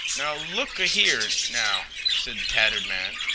now look a here now, said the tattered man,